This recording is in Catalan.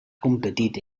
competit